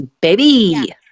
baby